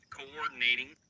coordinating